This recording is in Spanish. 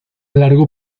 largo